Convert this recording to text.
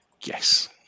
Yes